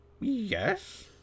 Yes